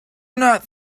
not